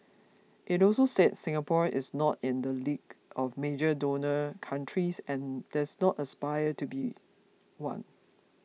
it also said Singapore is not in the league of major donor countries and does not aspire to be one